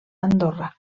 andorra